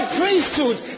priesthood